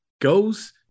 goes